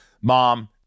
Mom